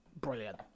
Brilliant